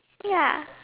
ya